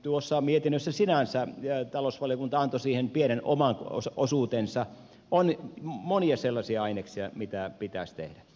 tuossa mietinnössä sinänsä ja talousvaliokunta antoi siihen pienen oman osuutensa on monia sellaisia aineksia mitä pitäisi tehdä